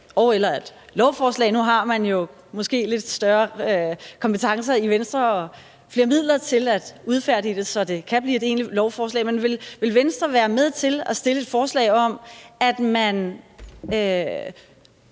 eller et lovforslag – nu har man jo måske lidt større kompetencer i Venstre og flere midler til at udfærdige det, så det kan blive et egentligt lovforslag – om, at man fratager ulandsbistand fra lande,